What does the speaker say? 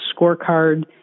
scorecard